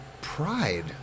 pride